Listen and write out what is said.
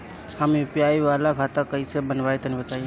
हम यू.पी.आई वाला खाता कइसे बनवाई तनि बताई?